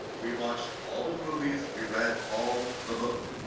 we watched all the movies, we read all the book.